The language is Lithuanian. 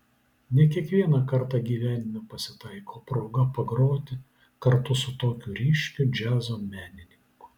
ne kiekvieną kartą gyvenime pasitaiko proga pagroti kartu su tokiu ryškiu džiazo menininku